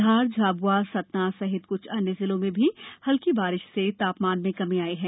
धार झाबुआ सतना सहित कुछ अन्य जिलों में भी हल्की बारिश से तापमान में कमी आई है